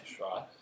right